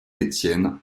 étienne